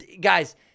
guys